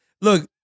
Look